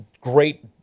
great